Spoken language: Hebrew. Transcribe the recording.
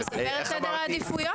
זה לסדר את סדר העדיפויות.